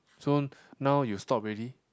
so now you stop already